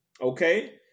okay